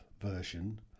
version